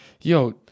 Yo